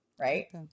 right